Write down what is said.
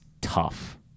tough